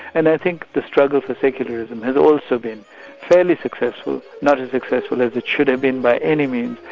and i think the struggle for secularism has also been fairly successful, not as successful as it should have been by any means,